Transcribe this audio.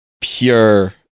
pure